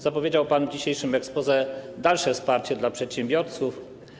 Zapowiedział pan w dzisiejszym exposé dalsze wsparcie dla przedsiębiorców.